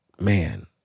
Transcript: Man